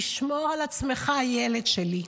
תשמור על עצמך, ילד שלי.